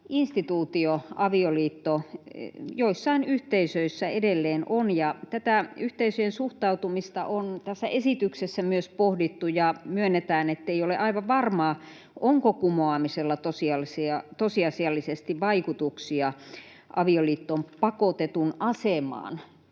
instituutio avioliitto joissain yhteisöissä edelleen on. Tätä yhteisöjen suhtautumista myös tässä esityksessä on pohdittu ja myönnetään, ettei ole aivan varmaa, onko kumoamisella tosiasiallisesti vaikutuksia avioliittoon pakotetun asemaan